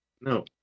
No